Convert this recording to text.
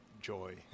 joy